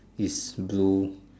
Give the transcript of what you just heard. is blue